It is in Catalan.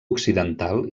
occidental